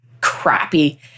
crappy